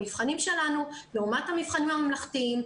המבחנים שלנו לעומת המבחנים הממלכתיים,